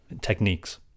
techniques